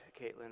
Caitlin